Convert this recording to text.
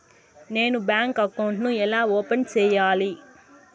నేను bank account ను ఎలా ఓపెన్ సేయాలి?